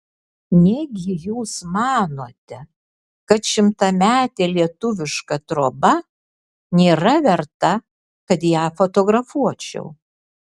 negi jūs manote kad šimtametė lietuviška troba nėra verta kad ją fotografuočiau